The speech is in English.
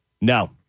No